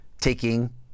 taking